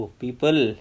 people